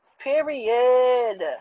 Period